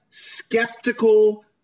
Skeptical